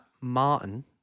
Martin